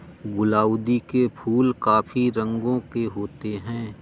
गुलाउदी के फूल काफी रंगों के होते हैं